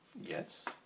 Yes